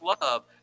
love